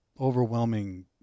overwhelming